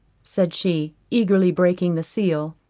said she, eagerly breaking the seal,